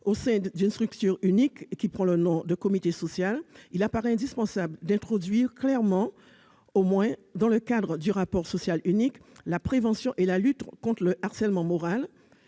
au sein d'une structure unique qui prend le nom de « comité social », il apparaît indispensable d'introduire clairement, au moins dans le cadre du rapport social unique, la prévention et la lutte contre le harcèlement moral